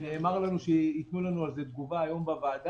נאמר לנו שייתנו לנו על זה תגובה היום בוועדה,